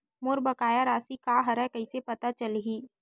मोर बकाया राशि का हरय कइसे पता चलहि?